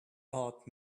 art